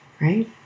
Right